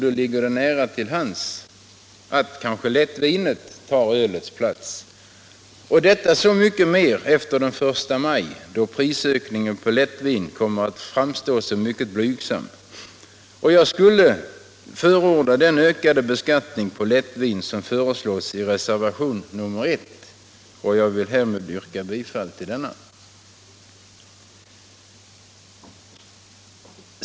Då ligger det nära till hands att lättvinet tar ölets plats, detta så mycket mer som prisökningen på lättvin efter den I maj kommer att framstå som mycket blygsam. Jag vill därför förorda den ökade beskattning på lättvin som föreslås i reservation nr 1 och yrkar härmed bifall till denna.